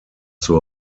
zur